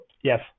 Yes